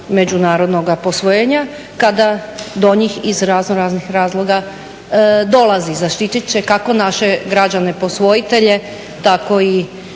međunarodnoga posvojenja kada do njih iz raznoraznih razloga dolazi. Zaštiti će kako naše građane posvojitelje tako i